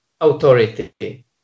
authority